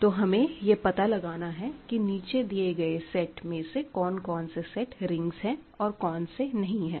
तो हमें यह पता लगाना है कि नीचे दिए गए सेट में से कौन कौन से सेट्स रिंग है और कौन से नहीं है